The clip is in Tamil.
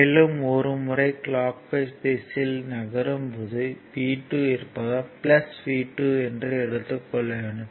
மேலும் ஒரு முறை கிளாக் வைஸ் திசையில் நகரும் போது V2 இருப்பதால் V2 என்று எடுத்துக் கொள்ள வேண்டும்